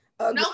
No